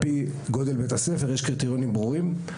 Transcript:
לפי גודל בית הספר יש לזה קריטריונים ברורים,